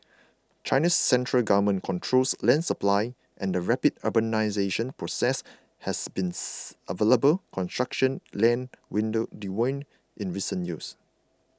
China's central government controls land supply and the rapid urbanisation process has been available construction land window dwindle in recent years